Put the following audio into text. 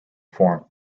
form